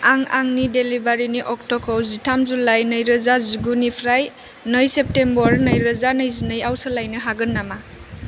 आं आंनि डिलिभारिनि अक्ट'खौ जिथाम जुलाइ नैरोजा जिगुनिफ्राय नै सेप्तेम्बर नैरोजा नैजिनैआव सोलायनो हागोन नामा